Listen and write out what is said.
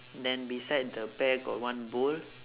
then beside the pear got one bowl